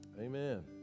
Amen